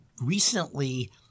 recently